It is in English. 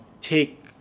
take